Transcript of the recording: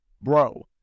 bro